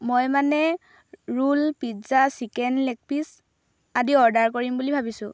মই মানে roll pizza chicken leg piece আদি অৰ্ডাৰ কৰিম বুলি ভাবিছোঁ